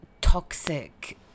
toxic